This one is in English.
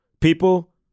People